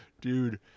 dude